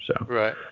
Right